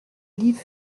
livre